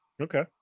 Okay